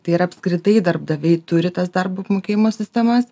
tai yra apskritai darbdaviai turi tas darbo apmokėjimo sistemas